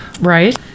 Right